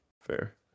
Fair